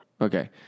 Okay